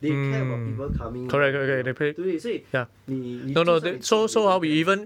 they care about people coming in more than going out 对所以你你就算你中 they don't care mah